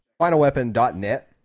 finalweapon.net